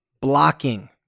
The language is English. blocking